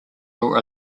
your